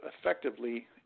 effectively